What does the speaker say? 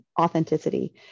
authenticity